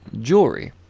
jewelry